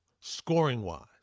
scoring-wise